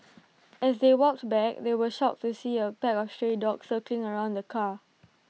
as they walked back they were shocked to see A pack of stray dogs circling around the car